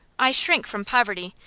i shrink from poverty,